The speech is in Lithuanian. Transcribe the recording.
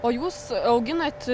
o jūs auginat